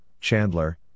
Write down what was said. Chandler